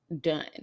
done